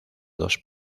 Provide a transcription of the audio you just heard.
dos